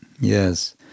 Yes